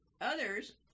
Others